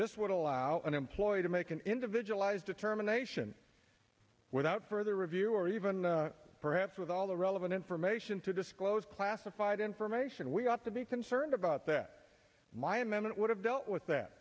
this would allow an employer to make an individualized determination without further review or even perhaps with all the relevant information to disclose classified information we ought to be concerned about that my and then it would have dealt with that